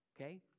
Okay